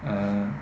嗯